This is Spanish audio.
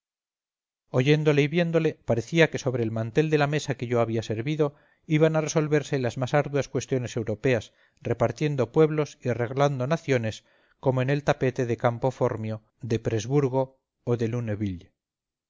oyéndole y viéndole parecía que sobre el mantel de la mesa que yo había servido iban a resolverse las más arduas cuestiones europeas repartiendo pueblos y arreglando naciones como en el tapete de campo formio de presburgo o de luneville